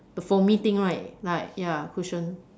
the foamy thing right like ya cushion